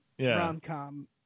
rom-com